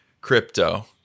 crypto